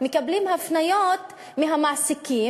מקבלות הפניות ממעסיקים,